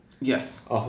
Yes